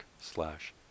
slash